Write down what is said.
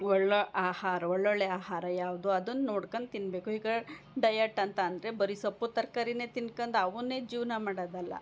ಒಳ್ಳೆ ಆಹಾರ ಒಳ್ಳೊಳ್ಳೆ ಆಹಾರ ಯಾವುದು ಅದನ್ನು ನೋಡ್ಕೊಂಡು ತಿನ್ನಬೇಕು ಈಗ ಡಯಟ್ ಅಂತ ಅಂದರೆ ಬರಿ ಸೊಪ್ಪು ತರಕಾರಿನೇ ತಿಂದ್ಕೊಂಡು ಅವುನ್ನೇ ಜೀವನ ಮಾಡೋದು ಅಲ್ಲ